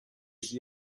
susi